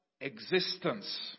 existence